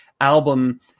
album